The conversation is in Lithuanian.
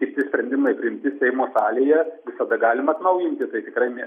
kiti sprendimai priimti seimo salėje visada galima atnaujinti tai tikrai ne